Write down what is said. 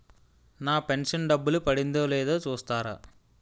నా pension డబ్బులు పడిందో లేదో చూస్తారా?